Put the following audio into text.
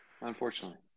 unfortunately